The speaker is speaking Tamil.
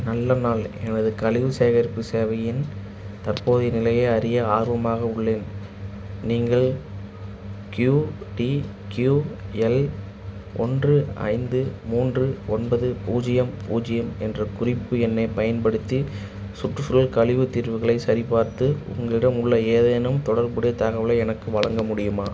நல்ல நாள் எனது கழிவு சேகரிப்பு சேவையின் தற்போதைய நிலையை அறிய ஆர்வமாக உள்ளேன் நீங்கள் க்யூடிக்யூஎல் ஒன்று ஐந்து மூன்று ஒன்பது பூஜ்ஜியம் பூஜ்ஜியம் என்ற குறிப்பு எண்ணைப் பயன்படுத்தி சுற்றுச்சூழல் கழிவுத் தீர்வுகளைச் சரிபார்த்து உங்களிடம் உள்ள ஏதேனும் தொடர்புடைய தகவலை எனக்கு வழங்க முடியுமா